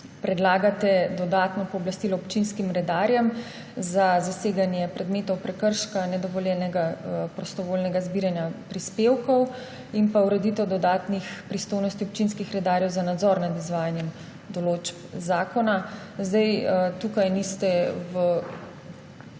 predlagate dodatno pooblastilo občinskim redarjem za zaseganje predmetov prekrška, nedovoljenega prostovoljnega zbiranja prispevkov in ureditev dodatnih pristojnosti občinskih redarjev za nadzor nad izvajanjem določb zakona. Tukaj v pogovor